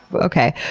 okay.